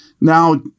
Now